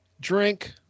drink